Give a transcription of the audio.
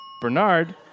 Bernard